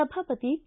ಸಭಾಪತಿ ಕೆ